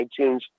iTunes